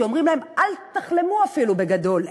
שאומרים להם: אל תחלמו אפילו בגדול,